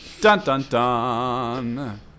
Dun-dun-dun